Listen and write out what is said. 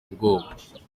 bwoba